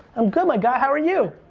i'm good my guy, how are you?